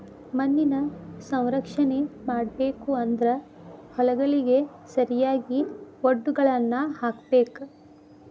ಮಣ್ಣಿನ ಸಂರಕ್ಷಣೆ ಮಾಡಬೇಕು ಅಂದ್ರ ಹೊಲಗಳಿಗೆ ಸರಿಯಾಗಿ ವಡ್ಡುಗಳನ್ನಾ ಹಾಕ್ಸಬೇಕ